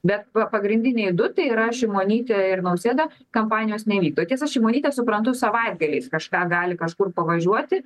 bet pa pagrindiniai du tai yra šimonytė ir nausėda kampanijos nevykdo tiesa šimonytė suprantu savaitgaliais kažką gali kažkur pavažiuoti